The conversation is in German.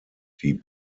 die